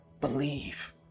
believe